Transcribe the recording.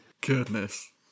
goodness